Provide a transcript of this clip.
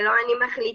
זה לא אני מחליטה,